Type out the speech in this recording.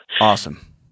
Awesome